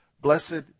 Blessed